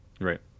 Right